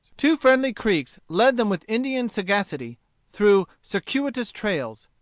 two friendly creeks led them with indian sagacity through circuitous trails.